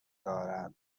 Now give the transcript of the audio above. دارد